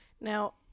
Now